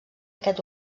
aquest